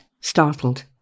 startled